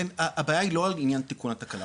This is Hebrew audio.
הבעיה היא לא על עניין תיקון התקלה,